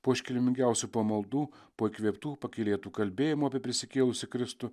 po iškilmingiausių pamaldų po įkvėptų pakylėtų kalbėjimų apie prisikėlusį kristų